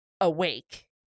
awake